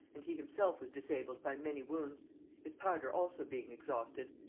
and he himself was disabled by many wounds his powder also being exhausted,